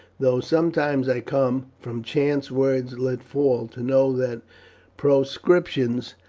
though sometimes i come, from chance words let fall, to know that proscriptions,